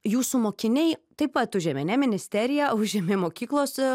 jūsų mokiniai taip pat užėmė ne ministeriją užėmė mokyklose